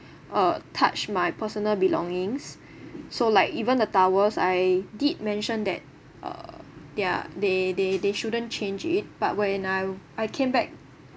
uh touched my personal belongings so like even the towels I did mention that uh their they they they shouldn't change it but when I I came back